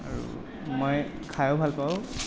আৰু মই খাইও ভাল পাওঁ